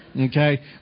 Okay